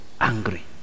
angry